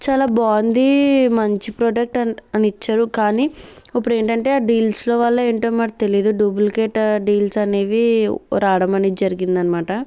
చాలా బాగుంది మంచి ప్రోడక్ట్ అని ఇచ్చారు కానీ ఇప్పుడు ఏంటంటే డీల్స్ వల్ల ఏంటో మాకు తెలియదు డూప్లికేట్ డీల్స్ అనేవి రావడం అనేది జరిగిందన్నమాట